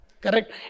Correct